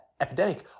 epidemic